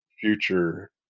future